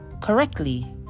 correctly